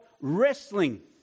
wrestling